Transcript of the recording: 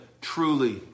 truly